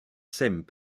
s’aiment